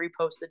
reposted